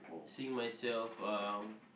seeing myself uh